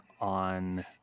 on